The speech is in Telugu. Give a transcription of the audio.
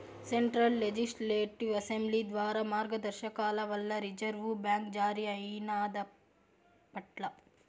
సెంట్రల్ లెజిస్లేటివ్ అసెంబ్లీ ద్వారా మార్గదర్శకాల వల్ల రిజర్వు బ్యాంక్ జారీ అయినాదప్పట్ల